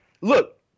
look